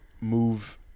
move